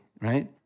right